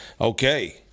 okay